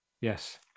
yes